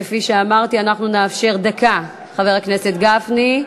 כפי שאמרתי, אנחנו נאפשר דקה, חבר הכנסת גפני,